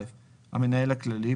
המנהל הכללי,